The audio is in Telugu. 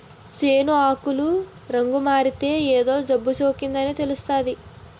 సేను ఆకులు రంగుమారితే ఏదో జబ్బుసోకిందని తెలుస్తాది